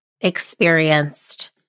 experienced